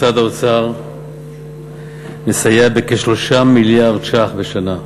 משרד האוצר מסייע בכ-3 מיליארד ש"ח בשנה.